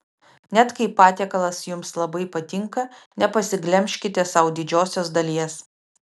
net kai patiekalas jums labai patinka nepasiglemžkite sau didžiosios dalies